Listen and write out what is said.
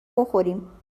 بخوریم